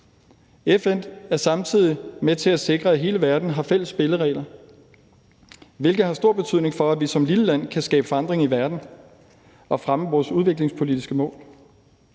FN er samtidig med til at sikre, at hele verden har fælles spilleregler, hvilket har stor betydning for, at vi som lille land kan skabe forandring i verden og fremme vores udviklingspolitiske mål.